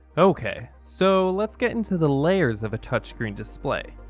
ok, so let's get into the layers of a touchscreen display.